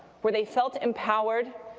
where they felt empowered,